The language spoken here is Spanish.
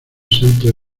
santo